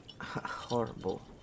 horrible